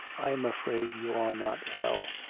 i am afraid you are not well.